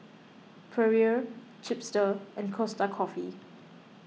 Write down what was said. Perrier Chipster and Costa Coffee